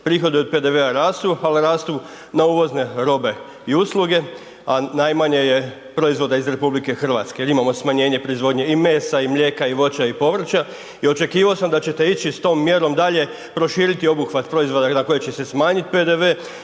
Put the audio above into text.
prihodi od PDV-a rastu, ali rastu na uvozne robe i usluge, a najmanje je proizvoda iz RH jer imamo smanjenje proizvodnje i mesa i mlijeka i voća i povrća i očekivao sam da ćete ići s tom mjerom dalje proširiti obuhvat proizvoda na koji će se smanjiti PDV